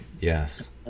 yes